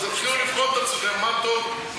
אז בבחירות, תתחילו לבחון את עצמכם מה טוב.